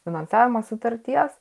finansavimą sutarties